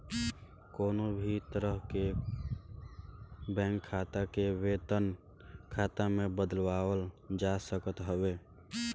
कवनो भी तरह के बैंक खाता के वेतन खाता में बदलवावल जा सकत हवे